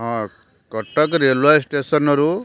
ହଁ କଟକ ରେଲୱେ ଷ୍ଟେସନ୍ରୁ